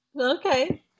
okay